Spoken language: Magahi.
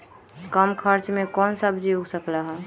कम खर्च मे कौन सब्जी उग सकल ह?